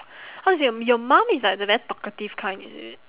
how to say um your mum is like the very talkative kind is it